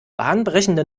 bahnbrechende